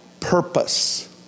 Purpose